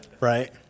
right